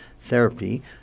therapy